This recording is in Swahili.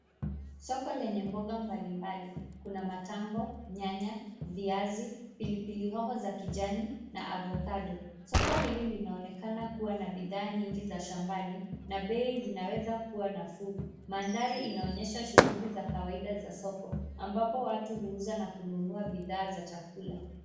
Soko lenye mboga mbalimbali kuna matango, nyanya, viazi, pilipili hoho za kijani na avocado . Soko hili linaonekana kuwa bidhaa nyingi za shambani na bei inaweza kuwa nafuu. Mandhari inaonyesha shughuli za kawaida za soko ambapo watu huuza na kununua bidhaa za chakula.